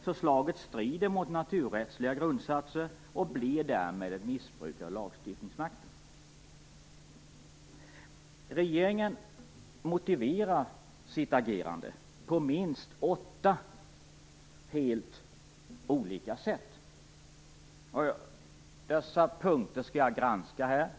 Förslaget strider mot naturrättsliga grundsatser och utgör därmed ett missbruk av lagstiftningsmakten. Regeringen motiverar sitt agerande på minst åtta helt olika sätt. Dessa punkter skall jag granska, punkt för punkt.